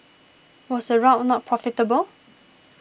was the route not profitable